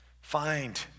Find